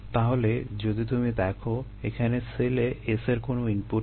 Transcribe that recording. তাহলে যদি তুমি দেখো এখানে সেলে S এর কোনো ইনপুট নেই